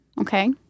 okay